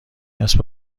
کسب